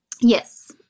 Yes